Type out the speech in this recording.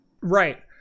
Right